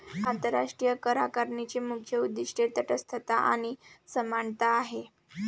आंतरराष्ट्रीय करआकारणीची मुख्य उद्दीष्टे तटस्थता आणि समानता आहेत